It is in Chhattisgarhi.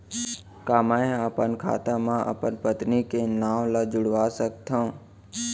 का मैं ह अपन खाता म अपन पत्नी के नाम ला जुड़वा सकथव?